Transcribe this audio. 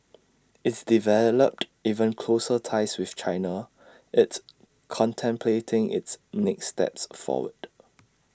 it's developed even closer ties with China it's contemplating its next steps forward